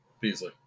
Beasley